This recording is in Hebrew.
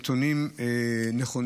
הם נתונים נכונים,